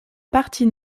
partie